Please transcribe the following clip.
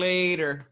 Later